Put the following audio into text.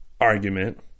argument